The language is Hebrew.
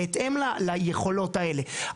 בהתאם ליכולות האלה.